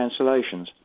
cancellations